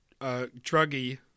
druggy